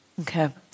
Okay